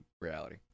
Reality